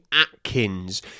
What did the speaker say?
Atkins